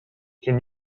can